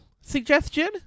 suggestion